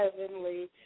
heavenly